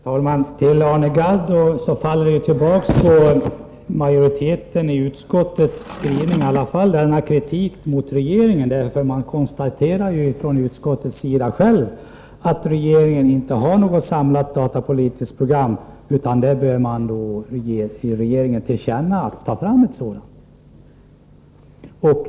Herr talman! Denna kritik mot regeringen, Arne Gadd, återfinns i utskottsmajoritetens skrivning, där man ju konstaterar att regeringen inte har något samlat datapolitiskt program och att riksdagen bör ge regeringen till känna att ett sådant bör tas fram.